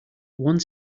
one